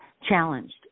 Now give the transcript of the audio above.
challenged